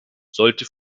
sollte